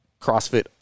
CrossFit